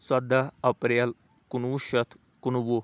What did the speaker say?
ژۄداہ اَپریل کُنوُہ شتھ کُنوُہ